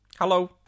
Hello